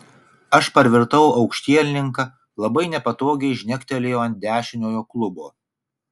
aš parvirtau aukštielninka labai nepatogiai žnektelėjau ant dešiniojo klubo